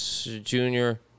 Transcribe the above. junior